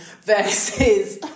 versus